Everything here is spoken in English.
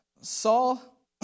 Saul